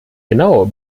genau